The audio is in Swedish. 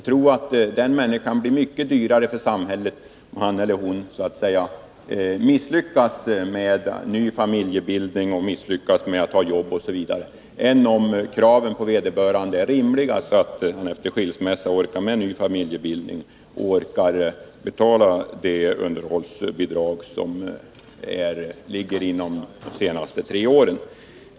Jag tror att den människan blir mycket dyrare för samhället om han eller hon misslyckas med en ny familjebildning, att få jobb osv. än om kraven är rimliga så att vederbörande efter en skilsmässa orkar med en ny familjebildning och orkar betala det underhållsbidrag som gäller de senaste tre åren.